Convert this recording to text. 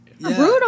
Brutal